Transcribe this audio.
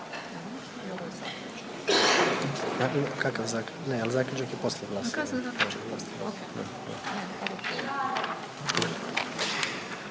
Hvala